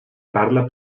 parla